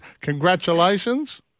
Congratulations